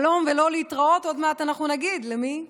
שלום ולא להתראות, עוד מעט אנחנו נגיד, למי?